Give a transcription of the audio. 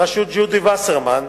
בראשות ג'ודי וסרמן,